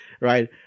right